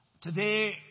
Today